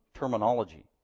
terminology